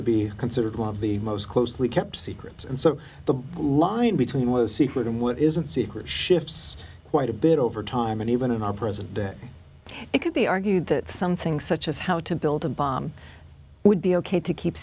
to be considered one of the most closely kept secrets and so the line between what the secret and what isn't secret shifts quite a bit over time and even in our present day it could be argued that something such as how to build a bomb would be ok to keep